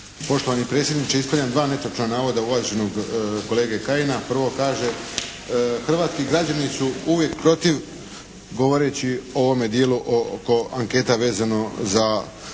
Poštovani predsjedniče, ispravljam dva netočna navoda uvaženog kolege Kajina. Prvo kaže: "Hrvatski građani su uvijek protiv." govoreći o ovome dijelu oko anketa vezano za